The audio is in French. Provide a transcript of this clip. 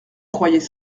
croyez